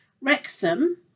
Wrexham